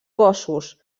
cossos